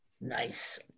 Nice